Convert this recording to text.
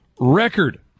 Record